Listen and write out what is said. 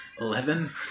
Eleven